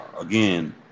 again